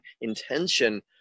intention